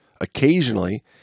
Occasionally